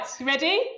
ready